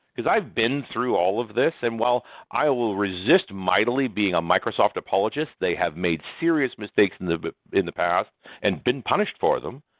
because i've been through all of these, and while i will resist mightily being a microsoft apologist, they have made serious mistakes in the in the past and been punished for them.